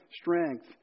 strength